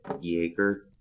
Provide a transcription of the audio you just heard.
Jaeger